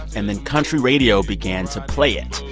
and then country radio began to play it.